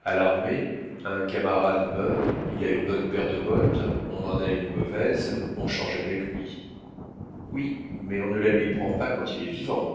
a l'armée un camarade meurt il a une bonne paire de bottes on en a une mauvaise on change avec lui oui mais on ne la lui prend pas quand il est vivant